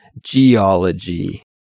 geology